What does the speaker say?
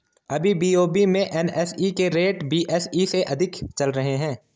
अभी बी.ओ.बी में एन.एस.ई के रेट बी.एस.ई से अधिक ही चल रहे हैं